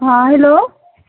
हॅं हेलो